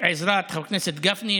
בעזרת חבר הכנסת גפני,